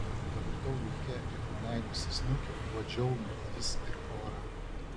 pavirtau vilke ir nuleidusi snukį uodžiau grindis ir orą